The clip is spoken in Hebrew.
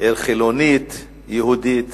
עיר חילונית יהודית